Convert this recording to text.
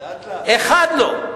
לאט לאט, אחד לא.